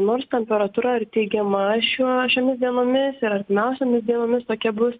nors temperatūra teigiama šiuo šiomis dienomis ir artimiausiomis dienomis tokia bus